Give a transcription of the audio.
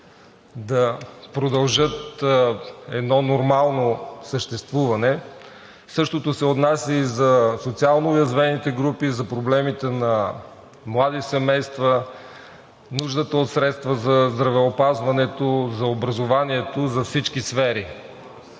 да продължат едно нормално съществуване. Същото се отнася и за социално уязвимите групи – за проблемите на млади семейства, нуждата от средства за здравеопазването, за образованието, за всички сфери.